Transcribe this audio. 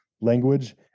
language